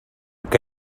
que